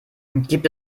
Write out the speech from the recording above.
gibt